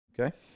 Okay